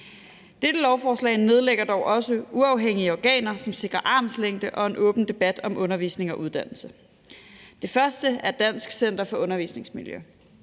Dette lovforslag nedlægger dog også uafhængige organer, som sikrer armslængde og en åben debat om undervisning og uddannelse. Det første er Dansk Center for Undervisningsmiljø.